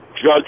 judge